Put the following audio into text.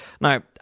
Now